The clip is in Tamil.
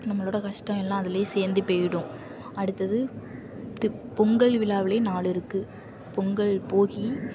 நம்மளோட கஷ்டம் எல்லாம் அதிலயே சேர்ந்து போயிடும் அடுத்தது பொங்கல் விழாவிலே நாலுருக்குது பொங்கல் போகி